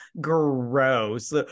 gross